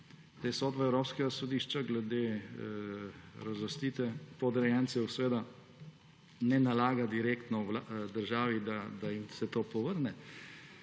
Ta sodba Evropskega sodišča glede razlastitve podrejencev seveda ne nalaga direktno državi, da se jim to povrne,